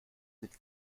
sind